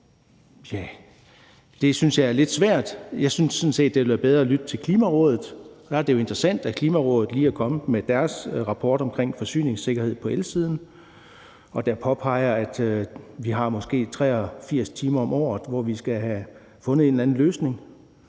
Det synes jeg er lidt svært at afgøre. Jeg synes sådan set, det ville være bedre at lytte til Klimarådet. Der er det jo interessant, at Klimarådet lige er kommet med deres rapport omkring forsyningssikkerhed på elsiden, hvor de påpeger, at vi måske har 83 timer om året, hvor vi skal have fundet en eller anden løsning.